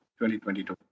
2022